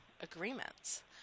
agreements